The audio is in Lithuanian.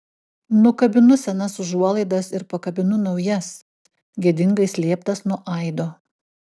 nukabinu senas užuolaidas ir pakabinu naujas gėdingai slėptas nuo aido